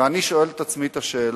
ואני שואל את עצמי את השאלה: